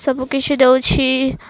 ସବୁ କିଛି ଦଉଛି